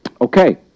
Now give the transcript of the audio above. Okay